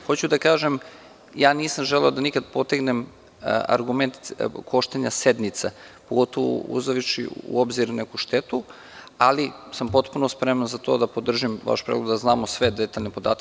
Hoću da kažem, ja nikada nisam želeo da potegnem argument koštanja sednica, pogotovo uzevši u obzir neku štetu, ali sam potpuno spreman za to da podržim vaš predlog da znamo sve detaljne podatke.